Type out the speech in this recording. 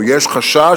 או יש חשש,